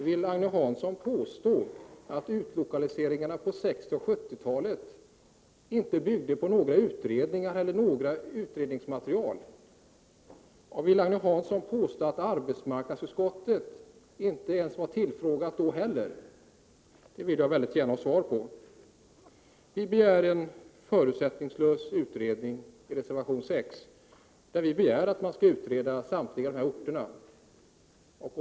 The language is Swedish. Vill Agne Hansson påstå att utlokaliseringarna på 60 och 70-talen inte byggde på några utredningar, att detinte fanns något utredningsmaterial? Vidare: Vill Agne Hansson påstå att inte ens arbetsmarknadsutskottet tillfrågades då heller? Dessa frågor vill jag väldigt gärna ha svar på. I reservation 6 begär vi reservanter en förutsättningslös utredning när det gäller samtliga orter i detta sammanhang.